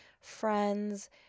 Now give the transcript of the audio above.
friends